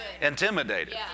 intimidated